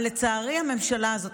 אבל לצערי הממשלה הזאת,